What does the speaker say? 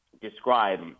describe